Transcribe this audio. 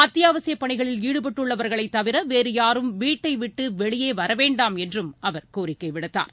அத்தியாவசியப் பணிகளில் ஈடுபட்டுள்ளவர்களைத் தவிர வேறு யாரும் வீட்டைவிட்டு வெளியே வரவேண்டாம் என்றும் அவர் கோரிக்கை விடுத்தார்